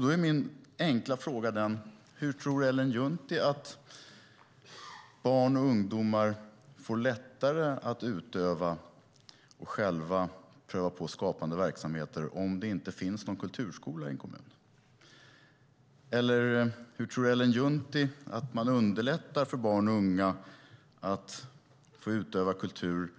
Då är min enkla fråga: Hur tror Ellen Juntti att barn och ungdomar får lättare att utöva och själva pröva på skapande verksamheter om det inte finns någon kulturskola i en kommun? Hur tror Ellen Juntti att man underlättar för barn och unga att få utöva kultur